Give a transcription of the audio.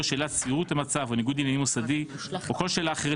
שאלת סבירות המצב או ניגוד עניינים מוסדי או כל שאלה אחרת